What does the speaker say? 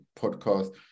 podcast